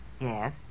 Yes